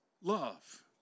love